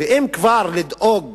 אם כבר לדאוג